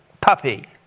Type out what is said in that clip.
puppy